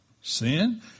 sin